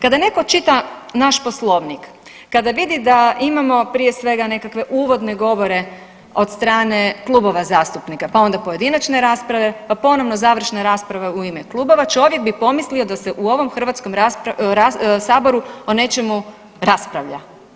Kada netko čita naš Poslovnik, kada vidi da imamo prije svega, nekakve uvodne govore od strane klubova zastupnika, pa onda pojedinačne rasprave pa ponovno završne rasprave u ime klubova, čovjek bi pomislio da se u ovom HS-u o nečemu raspravlja.